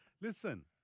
Listen